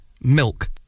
milk